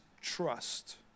trust